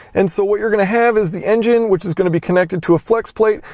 and so what you're going to have is the engine which is going to be connected to a flex plate,